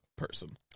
person